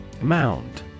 Mound